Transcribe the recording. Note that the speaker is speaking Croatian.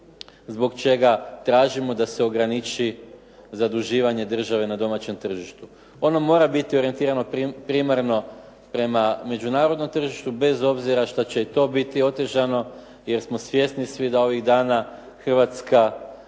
zbog čega tražimo da se ograniči zaduživanje države na domaćem tržištu. Ono mora biti orijentirano primarno prema međunarodnom tržištu bez obzira što će i to biti otežano, jer smo svjesni svi da ovih dana Hrvatska